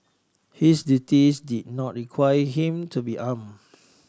his duties did not require him to be arm